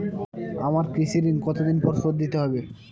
আমার কৃষিঋণ কতদিন পরে শোধ দিতে হবে?